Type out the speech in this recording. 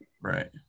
Right